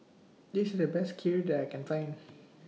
This The Best Kheer that I Can Find